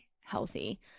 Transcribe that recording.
healthy